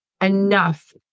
enough